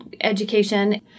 education